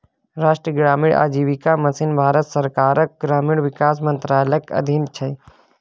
राष्ट्रीय ग्रामीण आजीविका मिशन भारत सरकारक ग्रामीण विकास मंत्रालयक अधीन छै